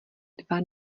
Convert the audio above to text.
dva